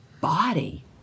body